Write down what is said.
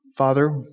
Father